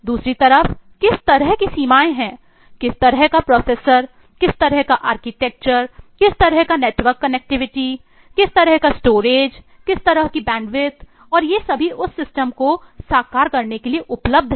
दूसरी तरफ किस तरह भी सीमाएं हैं किस तरह का प्रोसेसर को साकार करने के लिए उपलब्ध हैं